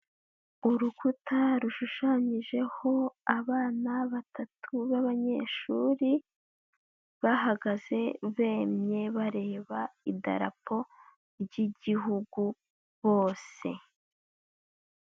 Urukuta rushushanyijeho abana batatu b'abanyeshuri, bahagaze bemye bareba idarapo ry'igihugu bose.